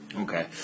Okay